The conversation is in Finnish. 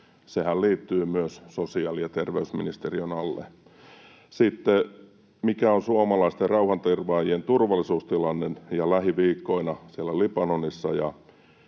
Sehän liittyy myös sosiaali- ja terveysministeriön alle. Sitten, mikä on suomalaisten rauhanturvaajien turvallisuustilanne lähiviikkoina siellä Libanonissa,